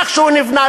איך שהוא נבנה,